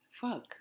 fuck